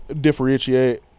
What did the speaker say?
differentiate